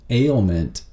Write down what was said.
ailment